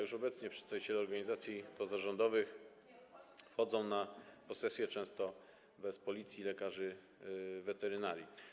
Już obecnie przedstawiciele organizacji pozarządowych wchodzą na posesje często bez Policji i lekarzy weterynarii.